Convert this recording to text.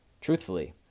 truthfully